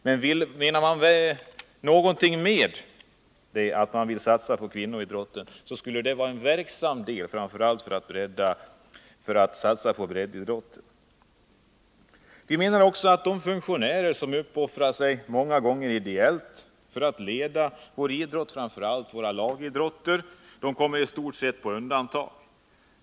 Men menar man någonting med att man vill satsa på kvinnoidrotten borde man inse att det skulle vara en verksam åtgärd, framför allt för en satsning på breddidrott. Vi menar också att de funktionärer som uppoffrar sig och många gånger arbetar ideellt för att leda framför allt våra lagidrotter i stort sett kommer på undantag.